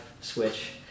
switch